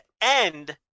end